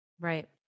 right